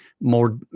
more